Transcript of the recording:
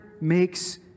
makes